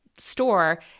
store